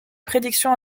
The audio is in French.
prédictions